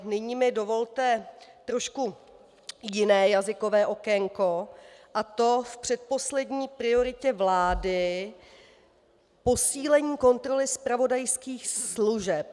Nyní mi dovolte trošku jiné jazykové okénko, a to v předposlední prioritě vlády, posílení kontroly zpravodajských služeb.